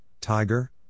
Tiger